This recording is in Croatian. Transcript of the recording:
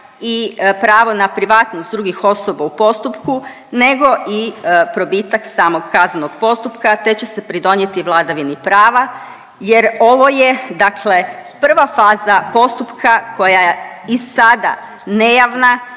i pravo na privatnost drugih osoba u postupku nego i probitak samog kaznenog postupka te će se pridonijeti vladavini prava jer ovo je dakle prva faza postupka koja je i sada nejavna